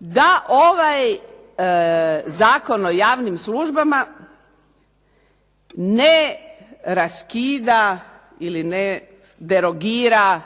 da ovaj Zakon o javnim službama ne raskida ili ne derogira